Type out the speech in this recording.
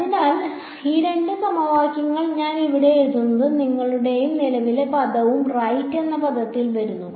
അതിനാൽ ഈ രണ്ട് സമവാക്യങ്ങളാണ് ഞാൻ അവിടെ എഴുതിയത് നിങ്ങളുടേതും നിലവിലെ പദവും റൈറ്റ് എന്ന പദത്തിൽ വരുന്നു